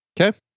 Okay